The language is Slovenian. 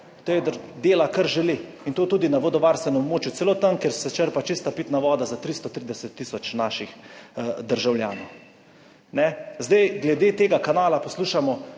lahko dela kar želi in to tudi na vodovarstvenem območju, celo tam kjer se črpa čista pitna voda za 330 trideset tisoč naših državljanov. Zdaj glede tega kanala poslušamo